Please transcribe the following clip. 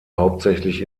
hauptsächlich